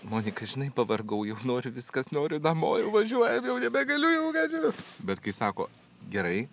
monika žinai pavargau jau noriu viskas noriu namo jau važiuojame jau nebegaliu nebegaliu bet kai sako gerai